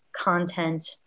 content